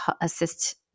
assist